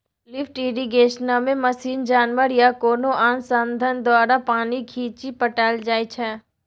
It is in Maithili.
लिफ्ट इरिगेशनमे मशीन, जानबर या कोनो आन साधंश द्वारा पानि घीचि पटाएल जाइ छै